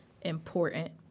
important